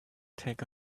take